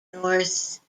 northeastern